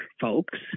folks